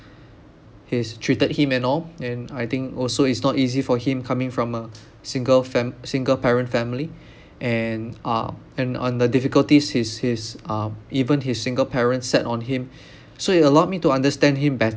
has treated him and all and I think also it's not easy for him coming from a single fam single parent family and uh and on the difficulties his his uh even his single parent set on him so it allowed me to understand him better